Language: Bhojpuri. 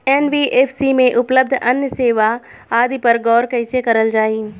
एन.बी.एफ.सी में उपलब्ध अन्य सेवा आदि पर गौर कइसे करल जाइ?